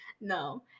no